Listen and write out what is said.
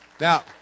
Now